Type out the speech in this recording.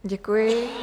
Děkuji.